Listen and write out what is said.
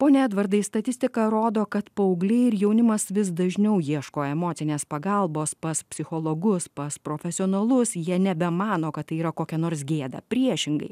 pone edvardai statistika rodo kad paaugliai ir jaunimas vis dažniau ieško emocinės pagalbos pas psichologus pas profesionalus jie nebemano kad tai yra kokia nors gėda priešingai